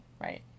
right